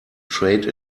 trade